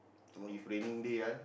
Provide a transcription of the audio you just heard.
some more if raining day ah